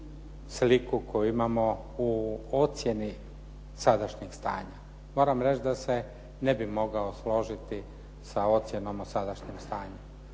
sliku koju imamo u ocjeni sadašnjeg stanja. Moram reći da se ne bih mogao složiti sa ocjenama sadašnjeg stanja.